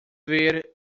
ver